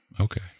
Okay